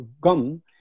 gum